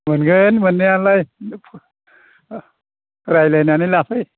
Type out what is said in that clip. मोनगोन मोननायालाय रायज्लायनानै लाफै